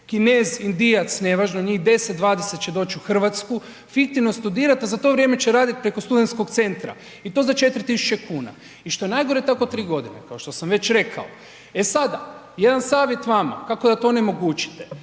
Kinez, Indijac, nevažno, njih 10-20 će doć u RH fiktivno studirat, a za to vrijeme će radit preko studentskog centra i to za 4.000,00 kn i što je najgore tako 3.g. kao što sam već rekao. E sada, jedan savjet vama kako to da onemogućite,